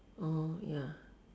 mm ya